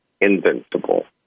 invincible